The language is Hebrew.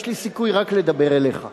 יש לי סיכוי רק לדבר אליך,